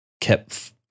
kept